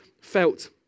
felt